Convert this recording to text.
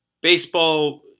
Baseball